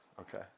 Okay